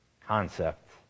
concept